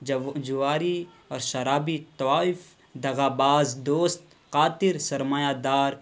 جواری اور شرابی طوائف دغاباز دوست قاتل سرمایہ دار